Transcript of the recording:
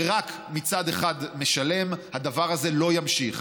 ורק מצד אחד משלם, הדבר הזה לא ימשיך.